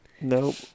Nope